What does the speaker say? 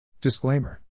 Disclaimer